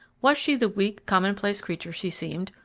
was she the weak common-place creature she seemed,